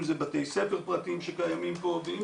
אם זה בתי ספר פרטיים שקיימים פה ואם